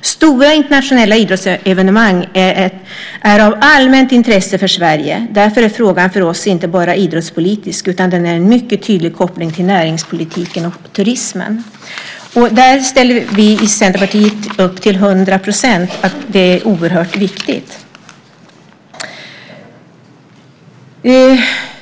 Stora internationella idrottsevenemang är av allmänt intresse för Sverige. Därför är frågan för oss inte bara idrottspolitisk utan den har en mycket tydlig koppling till näringspolitiken och turismen. Vi i Centerpartiet ställer upp till hundra procent på att det är oerhört viktigt.